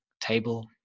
table